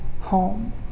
home